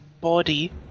body